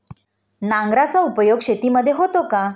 नांगराचा उपयोग शेतीमध्ये होतो का?